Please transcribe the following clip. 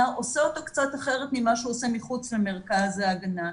עושה אותו קצת אחרת ממה שהוא עושה מחוץ למרכז ההגנה.